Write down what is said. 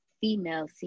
female